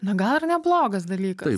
na gal ir neblogas dalykas